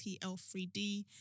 TL3D